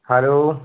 hello